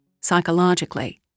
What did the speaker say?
psychologically